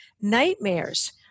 nightmares